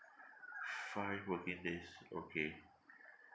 five working days okay